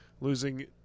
losing